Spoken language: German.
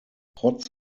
trotz